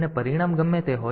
અને પરિણામ ગમે તે હોય